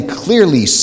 clearly